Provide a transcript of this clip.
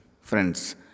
Friends